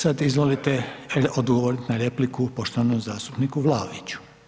Sad izvolite odgovoriti na repliku poštovanom zastupniku Vlaoviću.